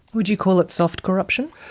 would you call it soft corruption?